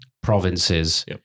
provinces